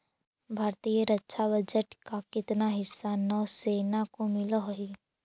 भारतीय रक्षा बजट का कितना हिस्सा नौसेना को मिलअ हई